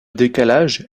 décalage